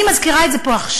אני מזכירה את זה פה עכשיו,